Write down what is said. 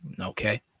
Okay